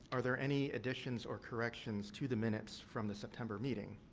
are there any additions or corrections to the minutes from the september meeting?